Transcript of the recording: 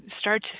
Start